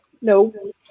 No